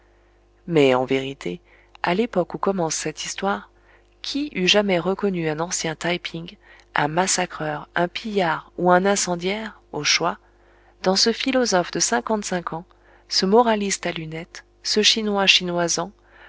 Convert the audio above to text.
mais en vérité à l'époque où commence cette histoire qui eût jamais reconnu un ancien taï ping un massacreur un pillard ou un incendiaire au choix dans ce philosophe de cinquante-cinq ans ce moraliste à lunettes ce chinois chinoisant